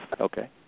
Okay